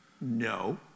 No